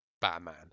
batman